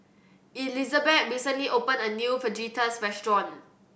Elizabet recently opened a new Fajitas restaurant